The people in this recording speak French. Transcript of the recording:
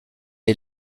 est